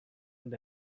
and